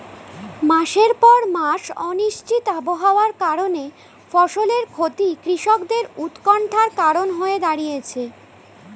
মাসের পর মাস অনিশ্চিত আবহাওয়ার কারণে ফসলের ক্ষতি কৃষকদের উৎকন্ঠার কারণ হয়ে দাঁড়িয়েছে